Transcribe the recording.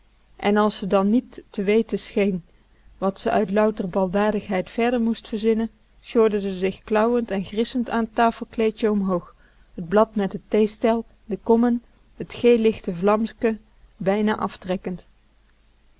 en als ze dan niet te weten scheen wat ze uit louter baldadig verder moest verzinnen sjorde ze zich klauwend en grissend aan heid t tafelkleedje omhoog t blad met t theestel de kommen t geel lichtend vlamske bijna aftrekkend